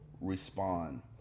respond